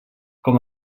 com